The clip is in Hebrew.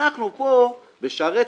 אנחנו בונים,